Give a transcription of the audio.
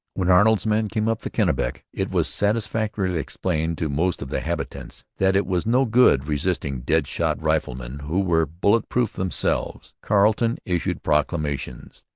when arnold's men came up the kennebec, it was satisfactorily explained to most of the habitants that it was no good resisting dead-shot riflemen who were bullet-proof themselves. carleton issued proclamations.